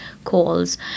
calls